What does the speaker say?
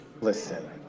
Listen